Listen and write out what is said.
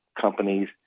companies